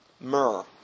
Myrrh